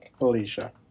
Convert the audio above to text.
Alicia